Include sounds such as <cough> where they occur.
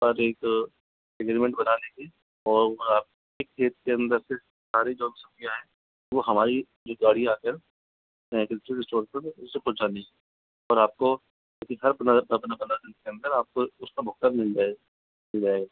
और एक एग्रीमेन्ट बना लेंगे और उधर आप खेत के अंदर से सारी जो सब्जियाँ हैं वो हमारी एक गाड़ी आ कर <unintelligible> स्टोर पे उसे पहुँचा देगी और आपको हर पंद्रह पंद्रह पंद्रह दिन के अंदर आपको उसका भुगतान मिल जाएगा मिल जाएगा